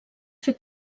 fer